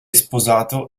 sposato